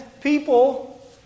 people